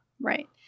Right